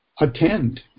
attend